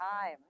time